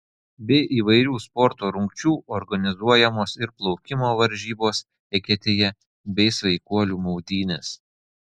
be įvairių sporto rungčių organizuojamos ir plaukimo varžybos eketėje bei sveikuolių maudynės